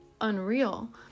unreal